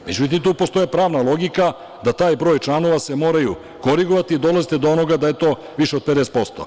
Međutim, tu postoji pravna logika da taj broj članova se mora korigovati o dolazite do ovoga da je to više od 50%